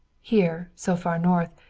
here, so far north,